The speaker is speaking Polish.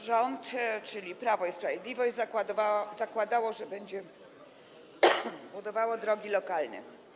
Rząd, czyli Prawo i Sprawiedliwość, zakładał, że będzie budował drogi lokalne.